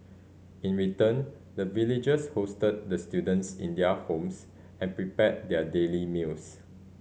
in return the villagers hosted the students in their homes and prepared their daily meals